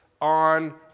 on